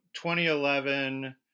2011